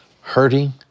hurting